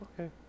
Okay